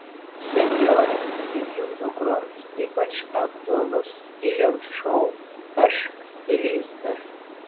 senjoroms ir jų dukroms ypač aktualus stiliaus šou aš stilistas